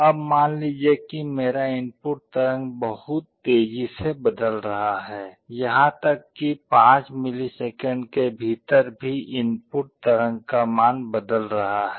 अब मान लीजिए कि मेरा इनपुट तरंग बहुत तेजी से बदल रहा है यहां तक कि 5 मिलीसेकंड के भीतर भी इनपुट तरंग का मान बदल रहा है